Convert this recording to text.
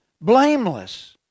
Blameless